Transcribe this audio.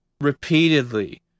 repeatedly